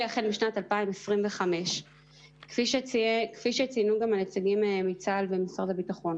החל משנת 2025. כפי שציינו גם נציגי צה"ל ומשרד הביטחון,